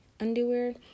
underwear